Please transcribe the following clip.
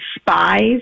spies